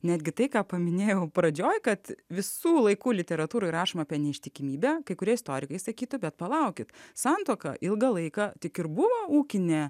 netgi tai ką paminėjau pradžioj kad visų laikų literatūroj rašoma apie neištikimybę kai kurie istorikai sakytų bet palaukit santuoka ilgą laiką tik ir buvo ūkinė